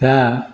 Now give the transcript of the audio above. दा